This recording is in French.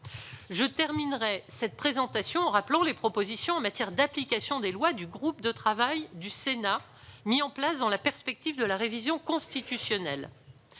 Je terminerai cette présentation en évoquant les propositions en matière d'application des lois émises par le groupe de travail du Sénat mis en place dans la perspective de la révision constitutionnelle.